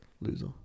Loser